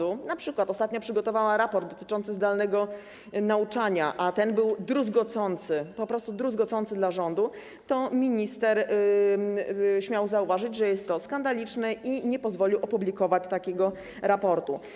Gdy ostatnia np. przygotowała raport dotyczący zdalnego nauczania, a ten był druzgocący, po prostu druzgocący dla rządu, to minister śmiał zauważyć, że jest to skandaliczne, i nie pozwolił opublikować takiego raportu.